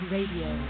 Radio